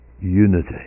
unity